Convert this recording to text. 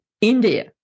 India